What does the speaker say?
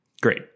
Great